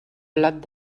blat